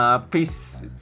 Peace